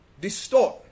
distort